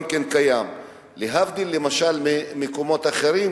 להבדיל למשל ממקומות אחרים,